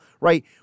right